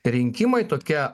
rinkimai tokia